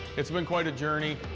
it's been quite a journey.